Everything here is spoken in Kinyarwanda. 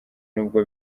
n’ubwo